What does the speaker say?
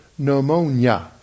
Pneumonia